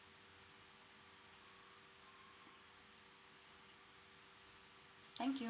thank you